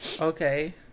Okay